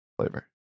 flavor